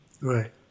Right